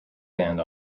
band